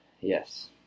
Yes